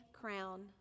crown